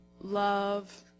love